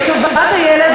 לטובת הילד,